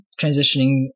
transitioning